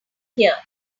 here